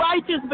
Righteous